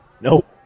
nope